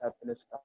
happiness